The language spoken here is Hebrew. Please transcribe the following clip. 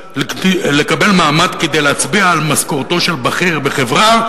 לקבל מעמד כדי להצביע על משכורתו של בכיר בחברה,